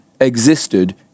existed